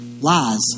lies